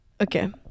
Okay